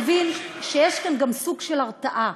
תבין שיש כאן גם סוג של הרתעה.